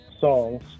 songs